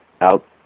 out